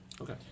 Okay